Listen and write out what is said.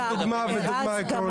זה דוגמה, ודוגמה עקרונית.